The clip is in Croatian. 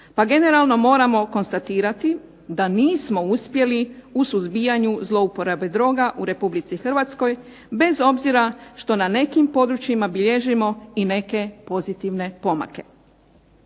pa generalno moramo konstatirati da nismo uspjeli u suzbijanju zlouporabe droga u Republici Hrvatskoj, bez obzira što na nekim područjima bilježimo i neke pozitivne pomake.